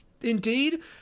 Indeed